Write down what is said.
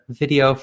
video